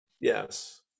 Yes